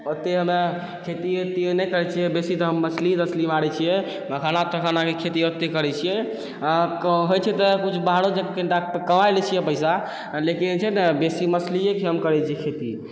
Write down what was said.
ओते हमे खेतिओ उतिओ नहि करै छिए बेसी तऽ हम मछली तछली मारै छिए मखाना तखानाके खेती ओते करै छिए कहै छै तऽ कुछ बाहरो चलिके कमा लै छी पैसा लेकिन छै ने बेसी मछलिएके हम करै छी खेती